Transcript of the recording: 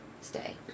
Stay